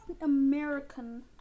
American